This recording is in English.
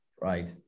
right